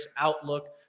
outlook